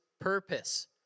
purpose